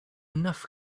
enough